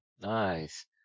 Nice